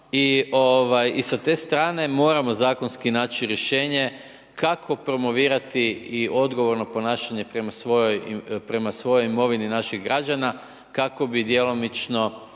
i sa te stran moramo zakonski naći rješenje kako promovirati i odgovorno ponašanje prema svoj imovini naših građana kako bi djelomično